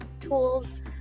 tools